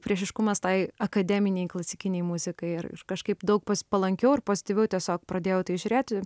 priešiškumas tai akademinei klasikinei muzikai ir kažkaip daug palankiau ir pozityviau tiesiog pradėjau į tai žiūrėti